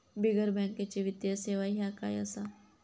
बिगर बँकेची वित्तीय सेवा ह्या काय असा?